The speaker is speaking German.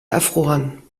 erfroren